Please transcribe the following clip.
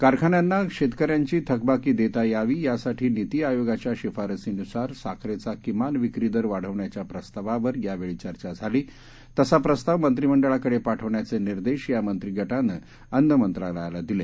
कारखान्यांना शेतकऱ्यांची थकबाकी देता यावी यासाठी निती आयोगाच्या शिफारसीनुसार साखरेचा किमान विक्री दर वाढवण्याच्या प्रस्तावावर यावेळी चर्चा झाली तसा प्रस्ताव मंत्रिमंडळाकडे पाठवण्याचे निर्देश या मंत्रिगटानं अन्न मंत्रालयाला दिले